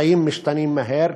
החיים משתנים מהר,